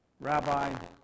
Rabbi